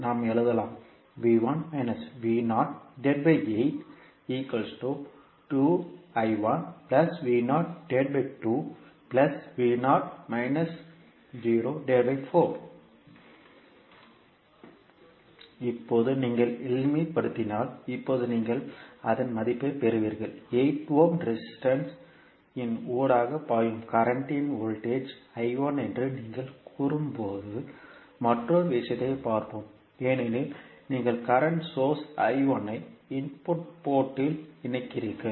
நாம் எழுதலாம் இப்போது நீங்கள் எளிமைப்படுத்தினால் இப்போது நீங்கள் அதன் மதிப்பைப் பெறுவீர்கள் 8 ஓம் ரெசிஸ்டன்ஸ் இன் ஊடாக பாயும் கரண்ட் இன் வோல்டேஜ் என்று நீங்கள் கூறும்போது மற்றொரு விஷயத்தைப் பார்ப்போம் ஏனெனில் நீங்கள் கரண்ட் சோர்ஸ் current சோர்ஸ் ஐ இன்புட் போர்ட் இல் இணைக்கிறீர்கள்